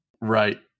Right